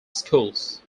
schools